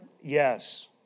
Yes